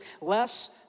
less